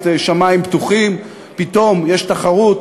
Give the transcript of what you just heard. את "שמים פתוחים" פתאום יש תחרות,